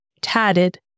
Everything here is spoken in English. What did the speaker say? Tatted